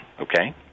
Okay